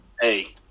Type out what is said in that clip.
Hey